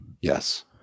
Yes